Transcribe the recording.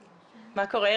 בקנדה?